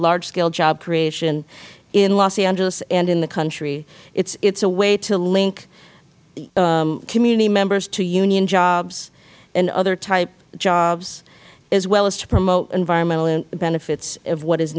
large scale job creation in los angeles and in the country it is a way to link community members to union jobs and other type jobs as well as to promote environmental benefits of what is